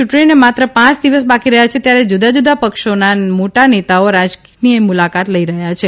ચૂંટણીને માત્ર પાંચ દિવસ બાકી રહ્યા છે ત્યારે જુદાજુદા પક્ષોના મોટા નેતાઓ રાજયની મુલાકાત લઇ રહ્યા છે